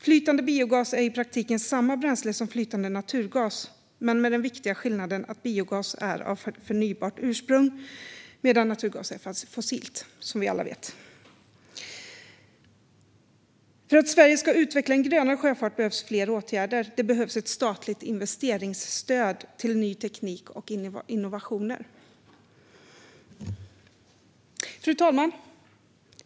Flytande biogas är i praktiken samma bränsle som flytande naturgas med den viktiga skillnaden att biogas är av förnybart ursprung medan naturgas är fossilt, som vi alla vet. För att Sverige ska utveckla en grönare sjöfart behövs fler åtgärder. Det behövs ett statligt investeringsstöd till ny teknik och innovationer. Fru talman!